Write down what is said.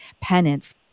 penance